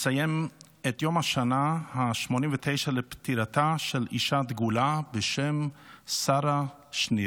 נציין את יום השנה ה-89 לפטירתה של אישה דגולה בשם שרה שנירר.